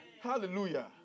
Hallelujah